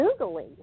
Googling